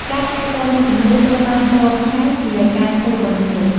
ការថែទាំអ្នកជម្ងឺត្រូវបានរាប់ថាជាការធ្វើបុណ្យមួយ។